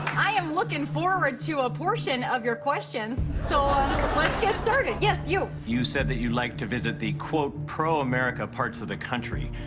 i am looking forward to a portion of your questions, so let's get started. yes, you. you said that you like to visit the quote, pro-america parts of the country.